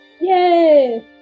Yay